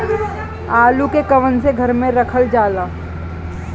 आलू के कवन से घर मे रखल जाला?